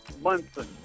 Munson